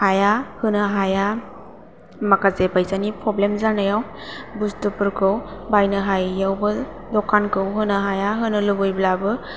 हाया होनो हाया माखासे फैसानि प्रब्लेम जानायाव बुस्तुफोरखौ बायनो हायैयावबो दखानखौ होनो हाया होनो लुबैब्लाबो